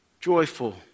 joyful